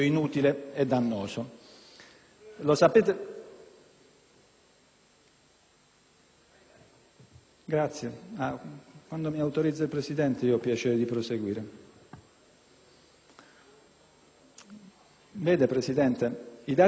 Presidente mi autorizza, avrei piacere di proseguire. Vede Presidente, i dati statistici, che sicuramente chi ha prodotto queste norme conosce